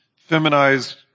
feminized